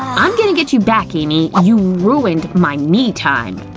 i'm gonna get you back amy, you ruined my me time!